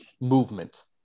movement